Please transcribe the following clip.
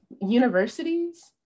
universities